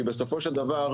כי בסופו של דבר,